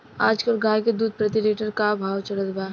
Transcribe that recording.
आज कल गाय के दूध प्रति लीटर का भाव चलत बा?